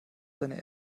seine